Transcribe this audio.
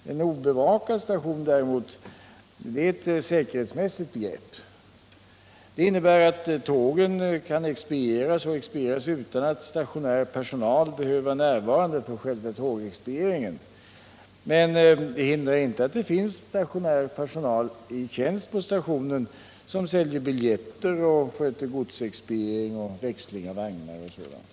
Termen obevakad station däremot är ett säkerhetsmässigt begrepp. Det innebär att tågen expedieras utan att stationär personal behöver vara närvarande för själva tågexpedieringen. Men det hindrar inte att det finns stationär personal i tjänst på stationen för att sälja biljetter samt sköta godsexpediering, växling av vagnar och sådant.